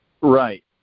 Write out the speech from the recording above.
Right